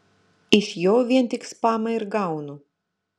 iš jo vien tik spamą ir gaunu